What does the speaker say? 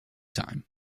time